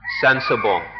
sensible